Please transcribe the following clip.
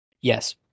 Yes